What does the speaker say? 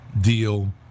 deal